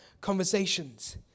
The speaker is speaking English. conversations